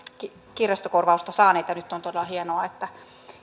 kirjastokorvausta saaneet ja nyt on todella hienoa että